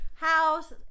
House